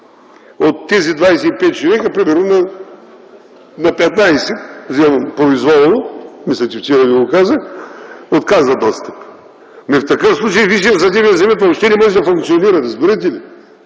от тези 25 човека, примерно на 15, вземам произволно, мисля, че вчера ви го казах, отказва достъп. В такъв случай Висшият съдебен съвет въобще не може да функционира. Разбирате ли!